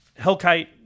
Hellkite